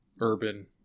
urban